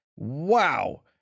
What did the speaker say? Wow